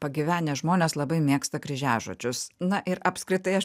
pagyvenę žmonės labai mėgsta kryžiažodžius na ir apskritai aš